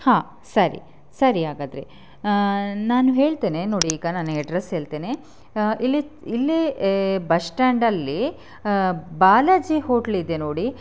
ಹಾಂ ಸರಿ ಸರಿ ಹಾಗಾದ್ರೆ ನಾನು ಹೇಳ್ತೇನೆ ನೋಡಿ ಈಗ ನಾನು ಅಡ್ರೆಸ್ಸ್ ಹೇಳ್ತೇನೆ ಇಲ್ಲಿ ಇಲ್ಲಿ ಬಶ್ಟ್ಯಾಂಡಲ್ಲಿ ಬಾಲಾಜಿ ಹೋಟ್ಲ್ ಇದೆ ನೋಡಿ